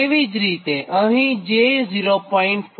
તે જ રીતેઅહીં j0